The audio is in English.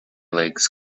legs